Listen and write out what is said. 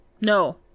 No